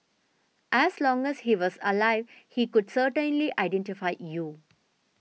as long as he was alive he could certainly identify you